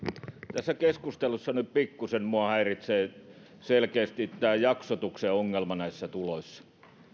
tässä keskustelussa nyt pikkuisen minua häiritsee selkeästi tämä jaksotuksen ongelma näissä tuloissa